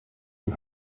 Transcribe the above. you